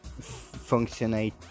functionate